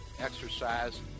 exercise